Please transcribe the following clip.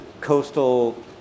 coastal